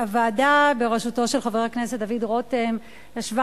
הוועדה בראשותו של חבר הכנסת דוד רותם ישבה